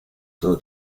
todo